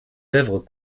œuvres